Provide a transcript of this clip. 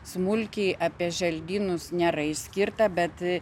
smulkiai apie želdynus nėra išskirta bet